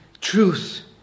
truth